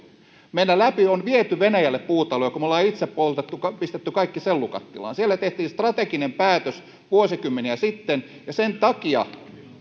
meidän läpi on viety venäjälle puutaloja kun me olemme itse pistäneet kaikki sellukattilaan siellä tehtiin strateginen päätös vuosikymmeniä sitten ja sen takia